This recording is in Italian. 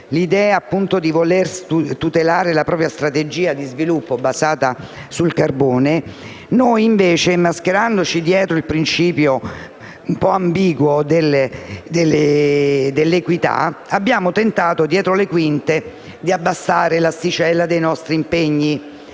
l'idea di voler tutelare la propria strategia di sviluppo basata sul carbone, noi mascherandoci dietro il principio un po' ambiguo dell'equità, abbiamo tentato dietro le quinte di abbassare l'asticella dei nostri impegni